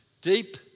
Deep